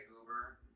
Uber